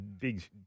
big